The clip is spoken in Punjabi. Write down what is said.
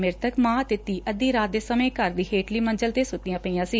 ਮੁਤਕ ਮਾਂ ਅਤੇ ਧੀ ਅੱਧੀ ਰਾਤ ਦੇ ਸਮੇਂ ਘਰ ਦੀ ਹੇਠਲੀ ਮੰਜਲ ਤੇ ਸੁੱਤੀਆਂ ਪਈਆਂ ਸੀ